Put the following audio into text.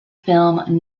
film